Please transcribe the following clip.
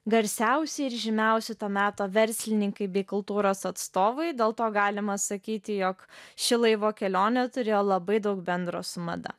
garsiausi ir žymiausi to meto verslininkai bei kultūros atstovai dėl to galima sakyti jog ši laivo kelionė turėjo labai daug bendro su mada